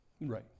Right